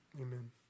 Amen